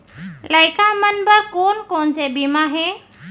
लइका मन बर कोन कोन से बीमा हे?